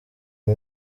ngo